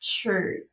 true